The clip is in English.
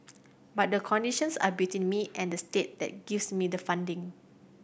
but the conditions are between me and the state that gives me the funding